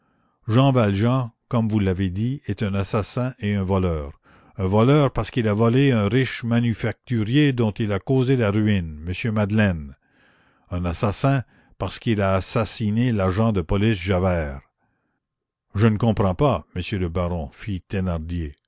jean valjean comme vous l'avez dit est un assassin et un voleur un voleur parce qu'il a volé un riche manufacturier dont il a causé la ruine m madeleine un assassin parce qu'il a assassiné l'agent de police javert je ne comprends pas monsieur le baron